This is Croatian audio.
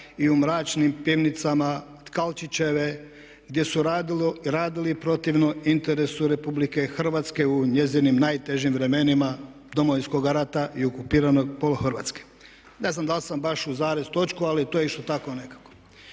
i u mračnim pivnicama Tkalčićeve gdje su radili protivno interesu Republike Hrvatske u njezinim najtežim vremenima Domovinskog rata i okupirane pola Hrvatske.“ Ne znam jesam li baš u zarez i točku rekao ali to je išlo tako nekako.